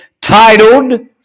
titled